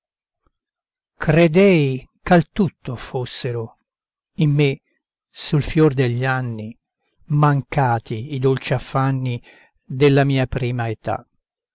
cieca credei ch'al tutto fossero in me sul fior degli anni mancati i dolci affanni della mia prima età